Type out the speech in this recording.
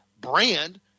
brand